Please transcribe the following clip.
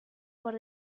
por